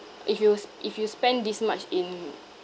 if you s~ if you spend this much in